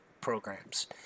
programs